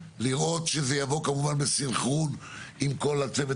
לראות שזה יבוא כמובן בסנכרון עם כל הצוות